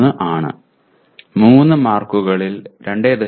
3 ആണ് 3 മാർക്കുകളിൽ 2